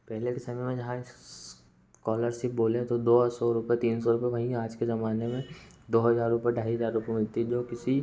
पहले के समय में जहाँ इस कॉलरसिप बोलें तो दो सौ रुपये तीन सौ रुपये वही आज के ज़माने में दो हज़ार रुपये ढाई हज़ार रुपये मिलती है जो किसी